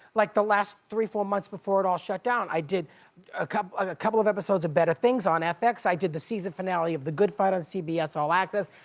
like the last three, four months before it all shut down, i did a couple ah couple of episodes of better things on fx. i did the season finale of the good fight on cbs all access.